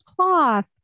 cloth